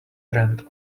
brand